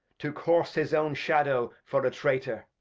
to course his own shadow for a traitor.